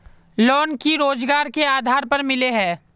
Loan की रोजगार के आधार पर मिले है?